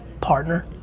partner.